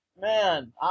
man